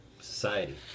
society